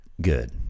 good